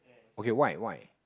okay why why